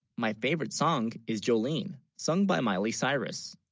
my, favorite song is jolin sung. by, miley cyrus